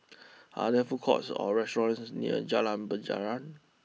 are there food courts or restaurants near Jalan Penjara